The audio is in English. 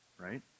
Right